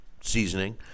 seasoning